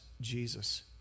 Jesus